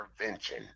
intervention